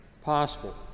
possible